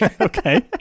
okay